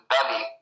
Belly